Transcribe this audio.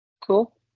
Cool